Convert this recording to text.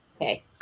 Okay